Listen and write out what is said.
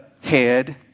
head